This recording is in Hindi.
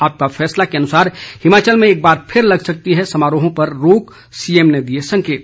आपका फैसला के अनुसार हिमाचल में एक बार फिर लग सकती है समारोहों पर रोक सीएम ने दिए संकेत